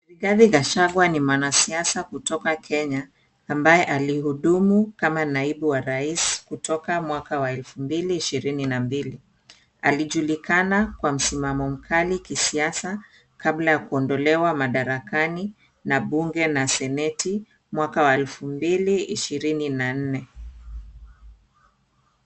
Rigathi Gachagua ni mwanasiasa kutoka Kenya ambaye alihudumu kama naibu wa rais kutoka mwaka wa elfu mbili ishirini na mbili. Alijulikana kwa msimamo mkali kisiasa kabla ya kuondolewa madarakani na bunge na seneti mwaka wa elfu mbili ishirini na nne.